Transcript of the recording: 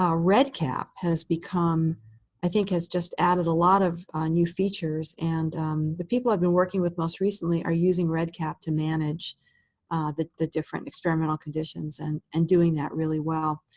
redcap has become i think has just added a lot of new features. and the people i've been working with most recently are using redcap to manage the the different experimental conditions and and doing that really well.